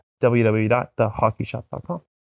www.thehockeyshop.com